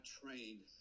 trained